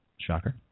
Shocker